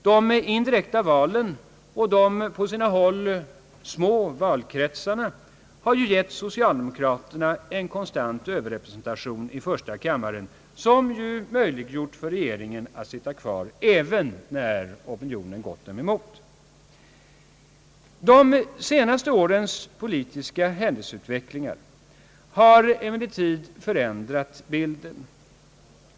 De indirekta valen och de på sina håll små valkretsarna har givit socialdemokraterna en konstant överrepresentation i första kammaren, som möjliggjort för regeringen att sitta kvar även då opinionen gått den emot. De senaste årens politiska händelseutveckling har emellertid förändrat bilden.